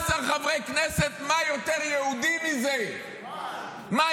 16 חברי כנסת עודפים של הקואליציה על האופוזיציה -- היית